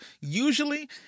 usually